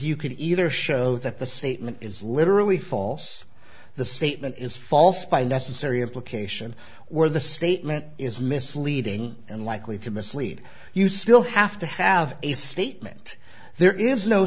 you can either show that the statement is literally false the statement is false by necessary implication where the statement is misleading and likely to mislead you still have to have a statement there is no